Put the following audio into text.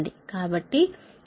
కాబట్టి ఇది 290